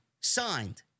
signed